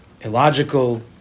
Illogical